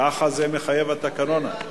כך מחייב התקנון.